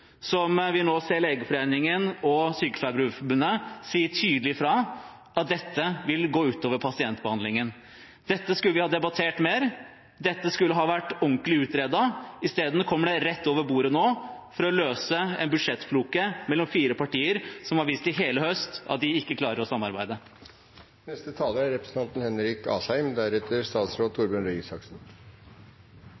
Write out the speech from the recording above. Vi ser nå Legeforeningen og Sykepleierforbundet si tydelig fra om at dette vil gå ut over pasientbehandlingen. Dette skulle vi ha debattert mer, dette skulle vært ordentlig utredet. I stedet kommer det rett over bordet nå for å løse en budsjettfloke mellom fire partier som har vist i hele høst at de ikke klarer å